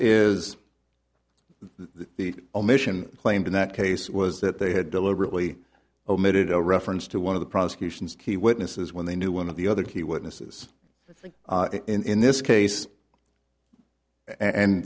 that the omission claimed in that case was that they had deliberately omitted a reference to one of the prosecution's key witnesses when they knew one of the other key witnesses in this case and